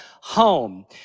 home